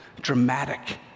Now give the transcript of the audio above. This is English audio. dramatic